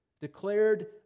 declared